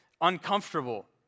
uncomfortable